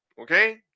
okay